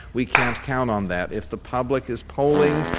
we can't count on that. if the public is polling,